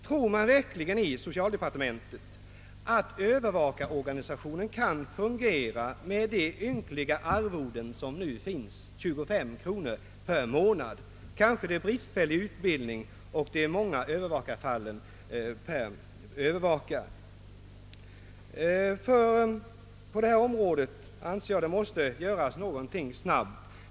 Tror man verkligen inom socialdepartementet att övervakarorganisationen kan fungera med det nuvarande ynkliga arvodet på 25 kronor per månad? Utbildningen är kanske dessutom bristfällig och ofta är det fråga om många fall per övervakare. Jag anser att det snabbt måste göras någonting på det här området.